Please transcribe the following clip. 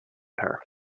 her